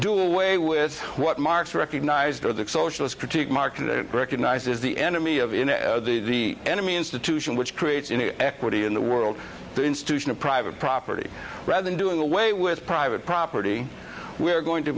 do away with what marx recognized or the socialist critique market recognizes the enemy of the enemy institution which creates an equity in the world the institution of private property rather than doing away with private property we are going to